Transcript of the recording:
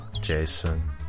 Jason